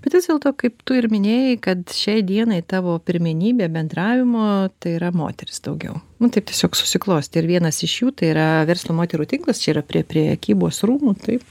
bet vis dėlto kaip tu ir minėjai kad šiai dienai tavo pirmenybė bendravimo tai yra moteris daugiau nu taip tiesiog susiklostė ir vienas iš jų tai yra verslo moterų tinklas čia yra prie prekybos rūmų taip